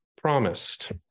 promised